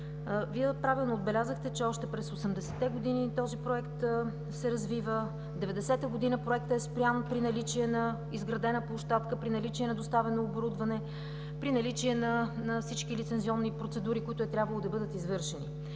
Правилно отбелязахте, че този проект се развива още през 80-те години. Проектът е спрян 1990 г. при наличие на изградена площадка, при наличие на доставено оборудване, при наличие на всички лицензионни процедури, които е трябвало да бъдат извършени.